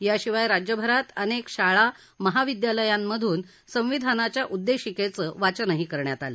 याशिवाय राज्यभरात अनेक शाळा महाविदयालयांमधन संविधानाच्या उददेशिकेचं वाचनही करण्यात आलं